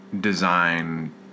design